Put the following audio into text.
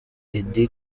eddy